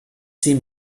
sie